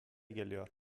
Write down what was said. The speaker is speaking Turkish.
geliyor